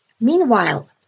Meanwhile